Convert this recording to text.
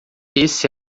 esse